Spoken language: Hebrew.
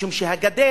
משום שהגדר